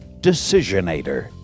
Decisionator